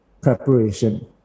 preparation